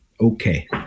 Okay